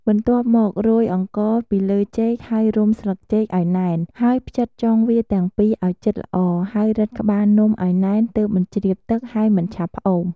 បន្ទាប់មករោយអង្ករពីលើចេកហើយរុំស្លឹកចេកឱ្យណែន ហើយភ្ជិតចុងវាទាំងពីរឱ្យជិតល្អ ហើយរឹតក្បាលនំឱ្យណែនទើបមិនជ្រាបទឹកហើយមិនឆាប់ផ្អូម។